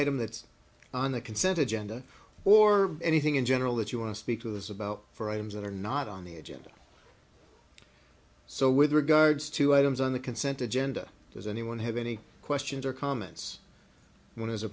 item that's on the consent agenda or anything in general that you want to speak to us about for items that are not on the agenda so with regards to items on the consent agenda does anyone have any questions or comments